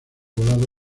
volado